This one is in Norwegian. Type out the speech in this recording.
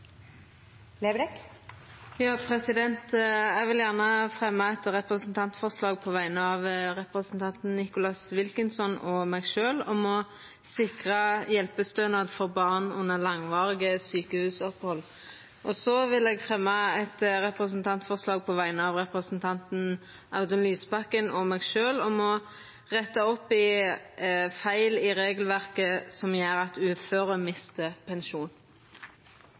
fremsette to representantforslag. Eg vil gjerne fremja eit representantforslag på vegner av representanten Nicholas Wilkinson og meg sjølv om å sikra hjelpestønad for barn under langvarige sjukehusopphald. Så vil eg fremja eit representantforslag på vegner av representanten Audun Lysbakken og meg sjølv om å retta opp i feil i regelverket som gjer at uføre mistar pensjon.